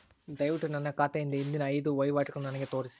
ದಯವಿಟ್ಟು ನನ್ನ ಖಾತೆಯಿಂದ ಹಿಂದಿನ ಐದು ವಹಿವಾಟುಗಳನ್ನು ನನಗೆ ತೋರಿಸಿ